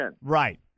right